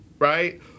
right